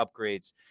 upgrades